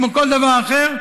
כמו כל דבר אחר,